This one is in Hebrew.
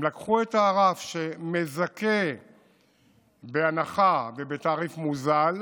הם לקחו את הרף שמזכה בהנחה ובתעריף מוזל,